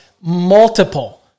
multiple